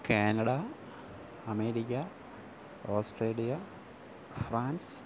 Canada America Australia France